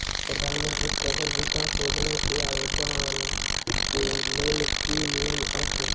प्रधानमंत्री कौशल विकास योजना केँ आवेदन केँ लेल की नियम अछि?